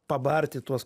pabarti tuos